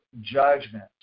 judgment